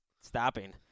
Stopping